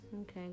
Okay